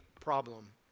problem